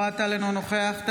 אינו נוכח מיכל מרים וולדיגר,